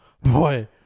boy